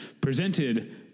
presented